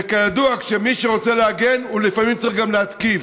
וכידוע, מי שרוצה להגן לפעמים צריך גם להתקיף.